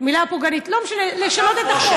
אבל זה נשאר בפועל.